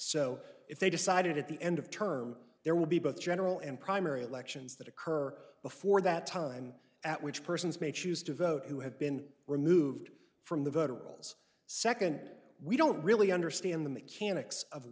so if they decided at the end of term there will be both general and primary elections that occur before that time at which persons may choose to vote who have been removed from the voter rolls second we don't really understand the mechanics of